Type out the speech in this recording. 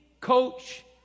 coach